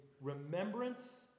remembrance